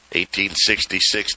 1866